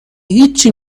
هیچی